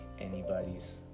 anybody's